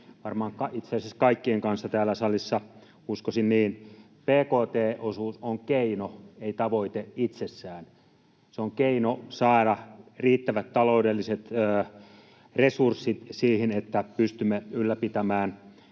varmaan itse asiassa kaikkien kanssa täällä salissa, uskoisin niin. Bkt-osuus on keino, ei tavoite itsessään. Se on keino saada riittävät taloudelliset resurssit siihen, että pystymme ylläpitämään